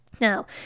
Now